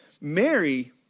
Mary